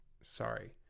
sorry